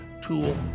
tool